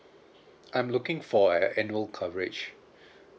I'm looking for a annual coverage